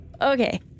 Okay